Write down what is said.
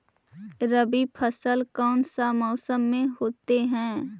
रवि फसल कौन सा मौसम में होते हैं?